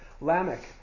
Lamech